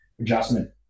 adjustment